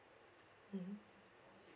mm